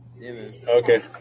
okay